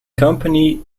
company